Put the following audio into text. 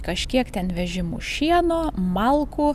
kažkiek ten vežimų šieno malkų